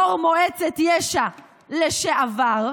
יו"ר מועצת יש"ע לשעבר,